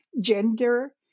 gender